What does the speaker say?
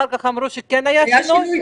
אחר כך אמרו שכן היה שינוי.